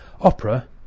Opera